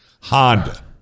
Honda